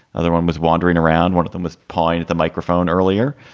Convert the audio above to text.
other one was wandering around. one of them was pawing at the microphone earlier.